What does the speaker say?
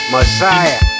Messiah